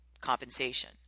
compensation